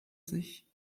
sich